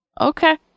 Okay